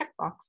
checkbox